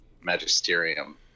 Magisterium